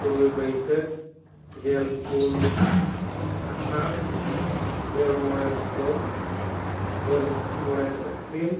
ᱛᱩᱨᱩᱭ ᱵᱟᱹᱥᱟᱹᱠᱷ ᱜᱮᱞ ᱯᱩᱱ ᱟᱥᱟᱲ ᱜᱮᱞ ᱢᱚᱬᱮ ᱵᱷᱟᱫᱚᱨ ᱜᱮᱞ ᱢᱚᱬᱮ ᱟᱹᱥᱤᱱ